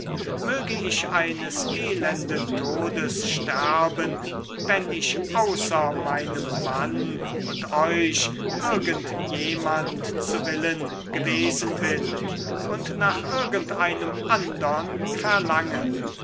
möge ich eines elenden todes sterben wenn ich außer meinem mann und euch irgend jemand zu willen gewesen bin und nach irgendeinem andern verlange